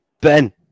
Ben